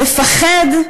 לפחד,